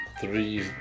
Three